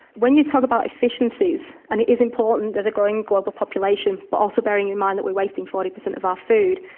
when you talk about efficiencies, and it is important, there's a growing global population, but also bearing in mind that we're wasting forty per cent of our food,